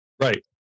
Right